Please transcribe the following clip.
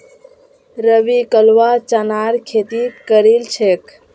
रवि कलवा चनार खेती करील छेक